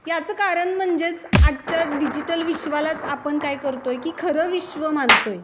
याचं कारण म्हणजेच आजच्या डिजिटल विश्वालाच आपण काय करतो आहे की खरं विश्व मानतो आहे